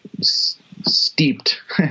steeped